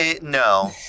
no